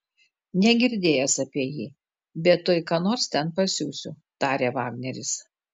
negirdėjęs apie jį bet tuoj ką nors ten pasiųsiu tarė vagneris